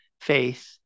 faith